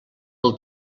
del